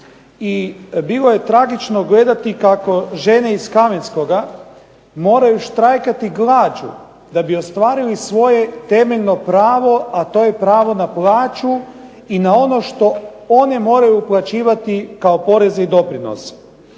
I bilo je tragično gledati kako žene iz "Kamenskoga" moraju štrajkati glađu da bi ostvarile svoje temeljno pravo, a to je pravo na plaću i na ono što one moraju uplaćivati kao porezni doprinos.